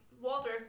Walter